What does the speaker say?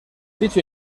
dicho